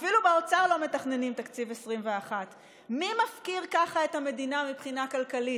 אפילו באוצר לא מתכננים תקציב 2021. מי מפקיר ככה את המדינה מבחינה כלכלית?